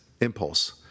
impulse